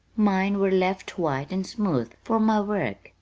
mine were left white and smooth for my work.